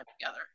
together